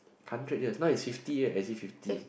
hundred years now is fifty right S G fifty